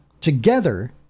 together